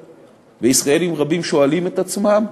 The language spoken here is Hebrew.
ישראלים רבים שואלים את עצמם: